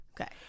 Okay